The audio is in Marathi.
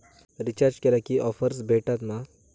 रिचार्ज केला की ऑफर्स भेटात मा?